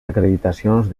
acreditacions